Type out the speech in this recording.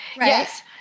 Yes